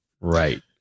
Right